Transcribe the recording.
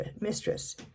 mistress